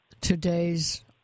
today's